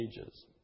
ages